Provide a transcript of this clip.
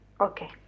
okay